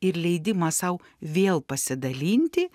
ir leidimas sau vėl pasidalinti